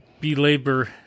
belabor